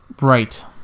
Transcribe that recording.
Right